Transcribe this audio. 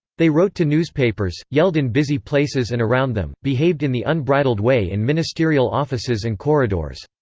they wrote to newspapers, yelled in busy places and around them, behaved in the unbridled way in ministerial offices and corridors.